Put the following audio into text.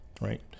right